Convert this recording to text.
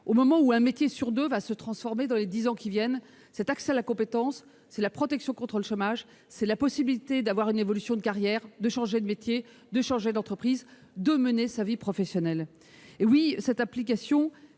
Alors qu'un métier sur deux va se transformer dans les dix ans qui viennent, cet accès à la compétence, c'est la protection contre le chômage ; c'est la possibilité d'avoir une évolution de carrière, de changer de métier, de changer d'entreprise, de mener sa vie professionnelle. Oui, cette application